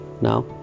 now